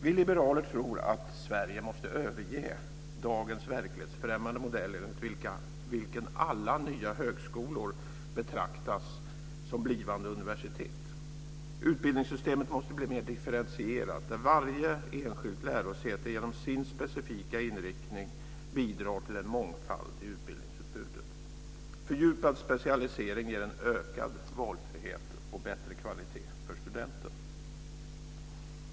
Vi liberaler tror att Sverige måste överge dagens verklighetsfrämmande modell enligt vilken alla nya högskolor betraktas som blivande universitet. Utbildningssystemet måste bli mer differentierat, och varje enskilt lärosäte måste genom sin specifika inriktning bidra till en mångfald i utbildningsutbudet. Fördjupad specialisering ger en ökad valfrihet och bättre kvalitet för studenten.